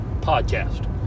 podcast